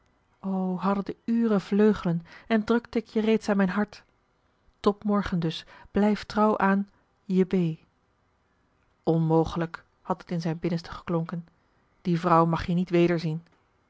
hadden de uren vleugelen en drukte ik je reeds aan mijn hart tot morgen dus blijf trouw aan je b onmogelijk had het in zijn binnenste geklonken die vrouw mag je niet